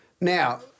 now